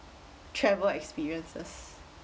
travel experiences